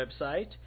website